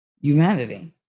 humanity